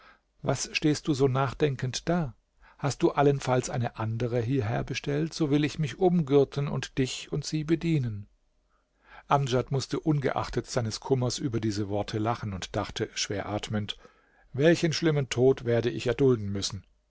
was stehst du so nachdenkend da hast du allenfalls eine andere hierher bestellt so will ich mich umgürten und dich und sie bedienen amdjad mußte ungeachtet seines kummers über diese worte lachen und dachte schwer atmend welchen schlimmen tod werde ich erdulden müssen